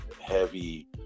heavy